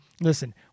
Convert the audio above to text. Listen